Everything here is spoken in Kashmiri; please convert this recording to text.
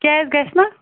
کیٛازِ گژھِ نہٕ